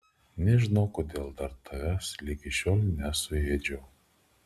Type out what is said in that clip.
nežinau kodėl dar tavęs ligi šiol nesuėdžiau